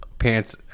pants